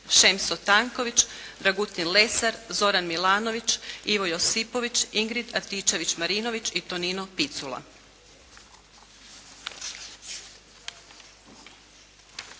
Šemso Tanković, Dragutin Lesar, Zoran Milanović, Ivo Josipović, Ingrid Antičević-Marinović i Tonino Picula.